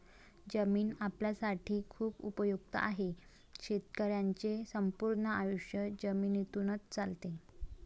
जमीन आपल्यासाठी खूप उपयुक्त आहे, शेतकऱ्यांचे संपूर्ण आयुष्य जमिनीतूनच चालते